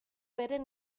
beren